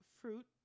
fruit